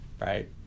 right